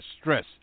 stress